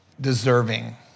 deserving